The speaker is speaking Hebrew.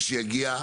ושיגיע,